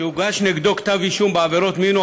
שהוגש נגדו כתב-אישום בעבירות מין או